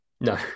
No